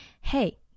hey